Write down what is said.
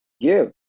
Give